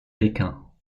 pékin